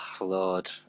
Lord